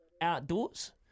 outdoors